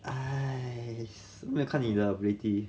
!hais! 没有看你的 ability